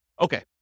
Okay